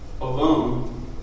alone